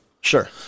sure